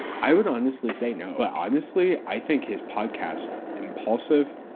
i would honestly say no. but honestly, i think his podcast, impaulsive,